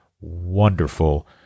wonderful